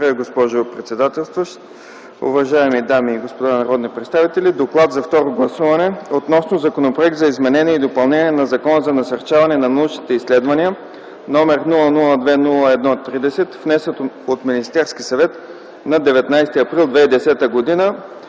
госпожо председател. Уважаеми дами и господа народни представители, представям ви Доклад за второ гласуване относно Законопроект за изменение и допълнение на Закона за насърчаване на научните изследвания, № 002-01-30, внесен от Министерския съвет на 19 април 2010 г.,